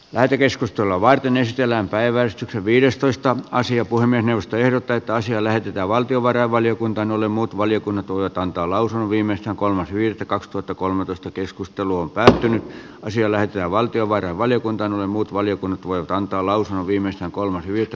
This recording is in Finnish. lähetekeskustelua varten esitellään päivä viidestoista asia kuin menemistä ehdotetaan siellä pitää valtiovarainvaliokuntaan jolle muut valiokunnat voivat antaa lausunnon viimeistään kolmas viidettä kaksituhattakolmetoista keskustelu on päättynyt on siellä ja valtiovarainvaliokuntaan muut valiokunnat voivat antaa lausunnon viimeistään kolmas hyviltä